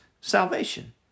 salvation